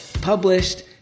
published